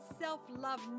self-love